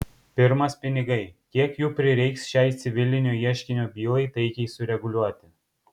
pirmas pinigai kiek jų prireiks šiai civilinio ieškinio bylai taikiai sureguliuoti